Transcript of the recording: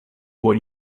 what